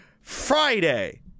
Friday